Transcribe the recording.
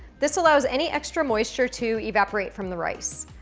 this allows any extra moisture to evaporate from the rice.